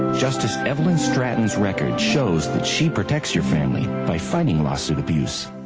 justice evelyn stratton's record shows that she protects your family by funding lawsuit abuse.